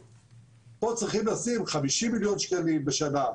ופה צריכים לשים 50 מיליון שקלים בשנה,